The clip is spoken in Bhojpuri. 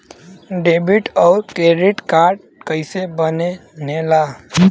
डेबिट और क्रेडिट कार्ड कईसे बने ने ला?